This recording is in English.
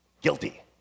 Guilty